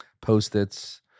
post-its